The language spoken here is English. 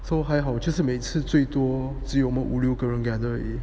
so 还好就是每次最多只有我们五六个人 gather 而已